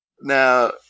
Now